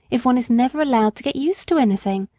if one is never allowed to get used to anything?